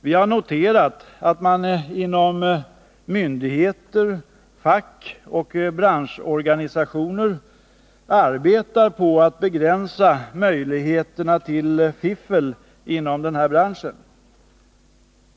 Vi har noterat att man inom myndigheter, fackoch branschorganisationer arbetar på att begränsa möjligheterna till fiffel inom denna bransch.